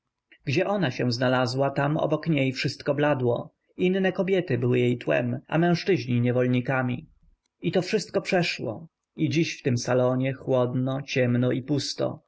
gdzie ona się znalazła tam obok niej wszystko bladło inne kobiety były jej tłem a mężczyźni niewolnikami i to wszystko przeszło i dziś w tym salonie chłodno ciemno i pusto